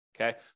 Okay